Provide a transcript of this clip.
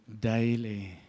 daily